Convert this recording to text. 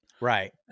Right